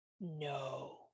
No